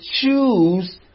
choose